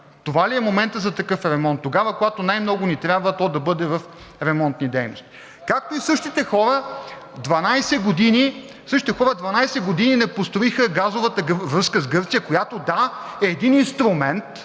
Това ли е моментът за такъв ремонт? Тогава, когато най-много ни трябва, то да бъде в ремонтни дейности?! Както и същите хора 12 години – същите хора, 12 години не построиха газовата връзка с Гърция, която, да, е един инструмент,